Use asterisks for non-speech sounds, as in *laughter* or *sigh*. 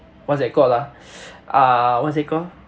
what's that called ah *breath* uh what's that called